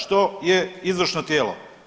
Što je izvršno tijelo?